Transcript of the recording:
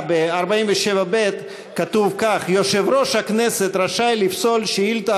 ב-47(ב) כתוב כך: "יושב-ראש הכנסת רשאי לפסול שאילתה